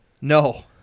No